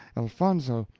elfonzo,